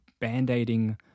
band-aiding